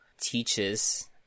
teaches